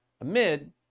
amid